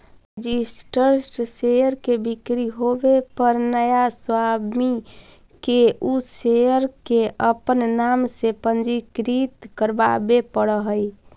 registered share के बिक्री होवे पर नया स्वामी के उ शेयर के अपन नाम से पंजीकृत करवावे पड़ऽ हइ